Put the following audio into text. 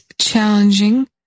challenging